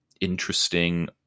interesting